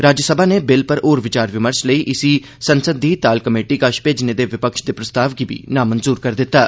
राज्यसभा नै बिल पर होर विचार विमर्श लेई इसी संसद दी ताल कमेटी कश भेजने दे विपक्ष दे प्रस्ताव गी बी नामंजूर करी दित्ता